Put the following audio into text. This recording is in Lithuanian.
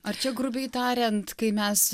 ar čia grubiai tariant kai mes